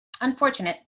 unfortunate